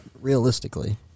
Realistically